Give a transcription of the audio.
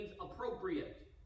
appropriate